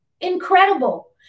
incredible